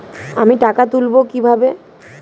আমি টাকা তুলবো কি ভাবে?